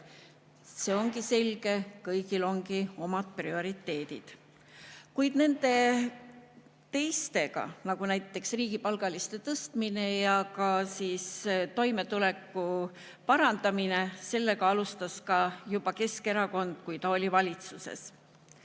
See ongi selge, kõigil ongi omad prioriteedid. Kuid nende teistega, nagu näiteks riigipalgaliste palga tõstmine ja ka toimetuleku parandamine – sellega alustas juba ka Keskerakond, kui ta oli valitsuses.